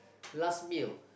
last meal